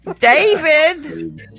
David